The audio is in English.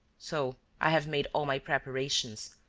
so i have made all my preparations.